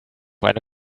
eine